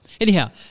Anyhow